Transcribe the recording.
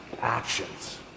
actions